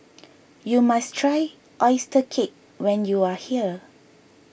you must try Oyster Cake when you are here